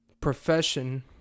Profession